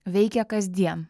veikia kasdien